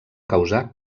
causar